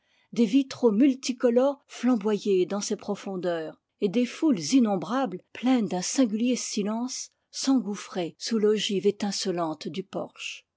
des vitraux multicolores flamboyer dans ses profondeurs et des foules innombrables pleines d'un singulier silence s'engouffrer sous l'ogive étincelante du porche